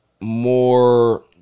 more